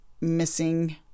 missing